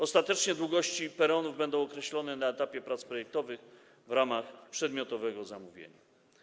Ostatecznie długości peronów będą określone na etapie prac projektowych w ramach przedmiotowego zamówienia.